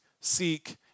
seek